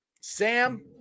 Sam